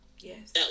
Yes